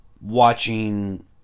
watching